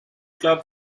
club